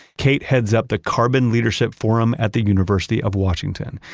kate heads up the carbon leadership forum at the university of washington.